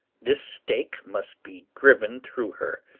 this stake must be driven through her.